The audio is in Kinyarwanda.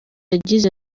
yagize